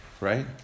Right